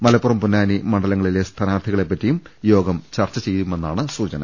മലപ്പുറം പൊന്നാനി മണ്ഡലങ്ങളിലെ സ്ഥാനാർത്ഥികളെ പറ്റിയും യോഗം ചർച്ച ചെയ്യുമെന്നാണ് സൂചന